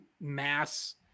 mass